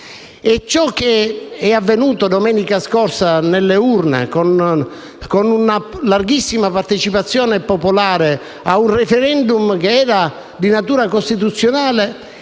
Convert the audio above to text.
Ciò che è avvenuto domenica scorsa nelle urne, con una larghissima partecipazione popolare a un *referendum* che era di natura costituzionale